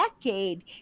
decade